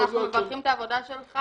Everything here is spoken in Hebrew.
אנחנו מברכים את העבודה שלך.